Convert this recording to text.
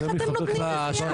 איך אתם נותנים לזה?